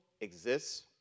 exists